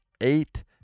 eight